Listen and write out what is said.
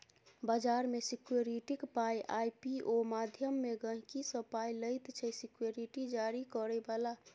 बजार मे सिक्युरिटीक पाइ आइ.पी.ओ माध्यमे गहिंकी सँ पाइ लैत छै सिक्युरिटी जारी करय बला